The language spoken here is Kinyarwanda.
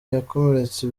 yakomeretse